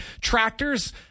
tractors